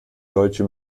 deutsche